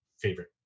favorite